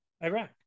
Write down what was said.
Iraq